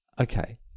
Okay